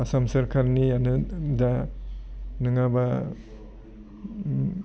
आसाम सरकारनियानो दा नङाबा